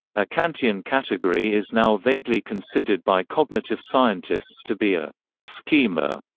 a kantian category is now vaguely considered by cognitive scientists to be a schema,